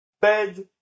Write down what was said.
bed